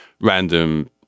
random